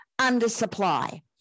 undersupply